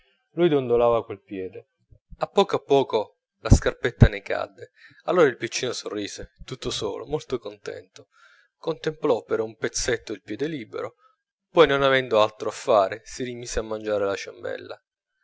lui dondolava quel piede a poco a poco la scarpetta ne cadde allora il piccino sorrise tutto solo molto contento contemplò per un pezzetto il piede libero poi non avendo altro a fare si rimise a mangiar la ciambella